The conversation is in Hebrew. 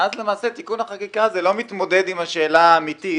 ואז למעשה תיקון החקיקה הזה לא מתמודד עם השאלה המהותית,